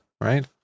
right